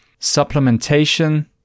supplementation